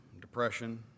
depression